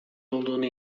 olduğunu